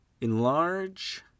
Enlarge